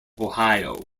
ohio